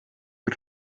per